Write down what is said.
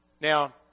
Now